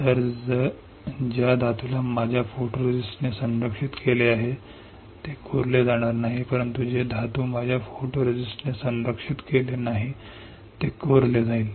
तर ज्या धातूला माझ्या फोटोरिझिस्टने संरक्षित केले आहे ते कोरले जाणार नाही परंतु जे धातू माझ्या फोटोरिझिस्टने संरक्षित केलेले नाही ते कोरले जाईल